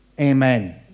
Amen